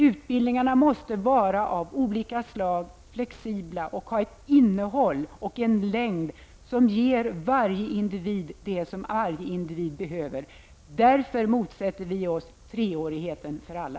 Utbildningarna måste vara av olika slag, de måste vara flexibla och ha ett innehåll och en längd som ger varje individ det som varje individ behöver. Därför motsätter vi oss treårigheten för alla.